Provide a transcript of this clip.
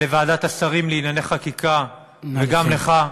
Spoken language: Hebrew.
לוועדת השרים לענייני חקיקה, וגם לך,